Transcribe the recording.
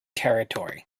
territory